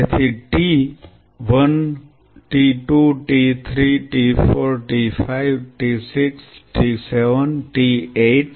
તેથી T 1 T 2 T 3 T 4 T 5 T 6 T 7 T 8